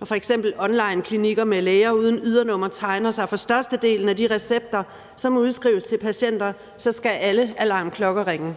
Når f.eks. onlineklinikker med læger uden ydernumre tegner sig for størstedelen af de recepter, som udskrives til patienter, så skal alle alarmklokker ringe,